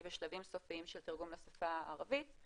היא בשלבים סופיים של תרגום לשפה הערבית.